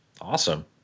Awesome